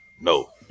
No